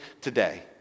today